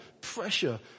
pressure